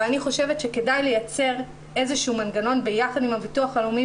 ואני חושבת שכדאי לייצר איזה שהוא מנגנון ביחד עם הביטוח הלאומי